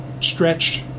stretched